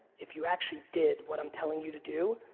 if you actually did what i'm telling you to do,